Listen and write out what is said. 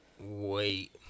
wait